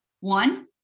one